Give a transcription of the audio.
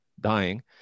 dying